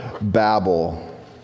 babble